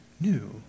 new